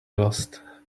lost